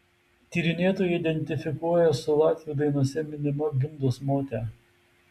tyrinėtojai identifikuoja su latvių dainose minima gimdos mote